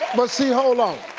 but see, hold on.